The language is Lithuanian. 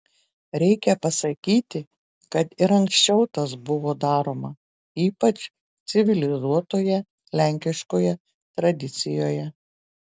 reikia pasakyti kad ir anksčiau tas buvo daroma ypač civilizuotoje lenkiškoje tradicijoje